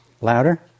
Louder